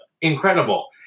incredible